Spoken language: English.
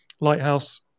Lighthouse